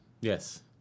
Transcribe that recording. Yes